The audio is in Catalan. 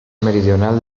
meridional